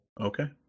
Okay